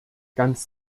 ganz